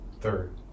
third